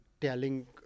telling